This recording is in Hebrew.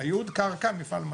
היעוד קרקע הוא מפעל מים,